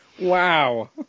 Wow